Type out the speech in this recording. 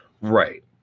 Right